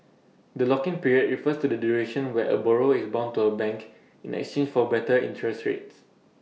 the lock in period refers to the duration where A borrower is bound to A bank in exchange for better interest rates